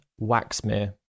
Waxmere